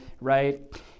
Right